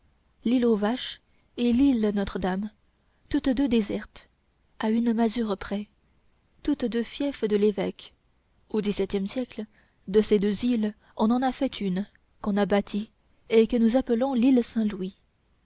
aux vaches et l'île notre-dame toutes deux désertes à une masure près toutes deux fiefs de l'évêque au dix-septième siècle de ces deux îles on en a fait une qu'on a bâtie et que nous appelons